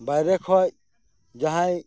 ᱵᱟᱭᱨᱮ ᱠᱷᱚᱡ ᱡᱟᱦᱟᱸᱭ